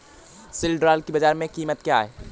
सिल्ड्राल की बाजार में कीमत क्या है?